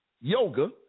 Yoga